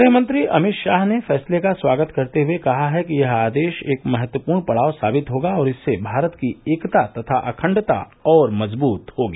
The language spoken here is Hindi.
गृह मंत्री अमित शाह ने फैंसले का स्वागत करते हुए कहा है कि यह आदेश एक महत्वपूर्ण पड़ाव साबित होगा और इससे भारत की एकता तथा अखण्डता और मजबूत होगी